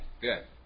good